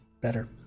better